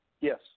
Yes